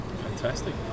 fantastic